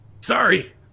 Sorry